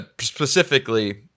specifically